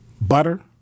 butter